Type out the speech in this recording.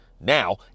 Now